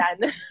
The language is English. done